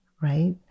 right